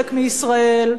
על הגושים שיהיו חלק מישראל,